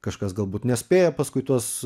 kažkas galbūt nespėja paskui tuos